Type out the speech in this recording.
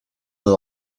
with